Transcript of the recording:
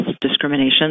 discrimination